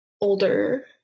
older